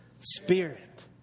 Spirit